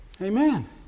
Amen